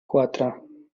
quatre